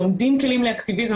לומדים כלים לאקטיביזם.